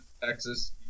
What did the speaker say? Texas